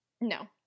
No